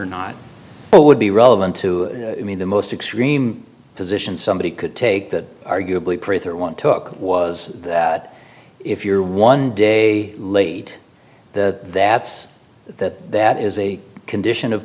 or not it would be relevant to me the most extreme position somebody could take that arguably printer want took was that if you're one day late that that's that that is a condition of